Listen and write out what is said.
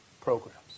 programs